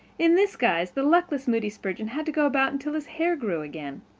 in this guise the luckless moody spurgeon had to go about until his hair grew again.